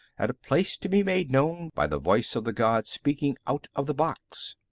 at a place to be made known by the voice of the god speaking out of the box.